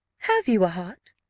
have you a heart?